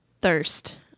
Thirst